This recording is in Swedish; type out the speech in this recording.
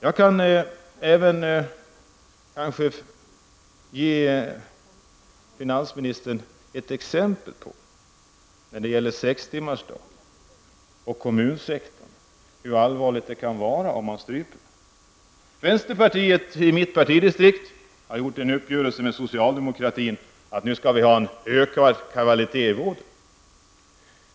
Jag kan ge finansministern ett exempel när det gäller sextimmarsdagen och kommunsektorn, och hur allvarligt det kan vara om man stryper dem. Vänsterpartiet i mitt partidistrikt har gjort upp med socialdemokratin om ökad kvalitet i vården.